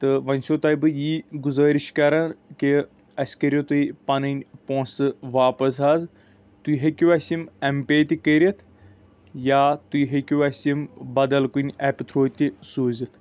تہٕ وۄنۍ چھو تۄہہِ بہٕ یی گُزأرِش کران کہِ اَسہِ کٔرِو تُہۍ پنٕنۍ پونٛسہٕ واپس حظ تُہۍ ہیٚکِو اَسہِ یِمہٕ ایم پے تہِ کٔرِتھ یا تُہۍ ہیکِو اَسہِ یِم بدل کُنہِ ایپہٕ تھروٗ تہِ سوٗزِتھ